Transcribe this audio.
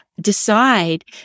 decide